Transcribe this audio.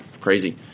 crazy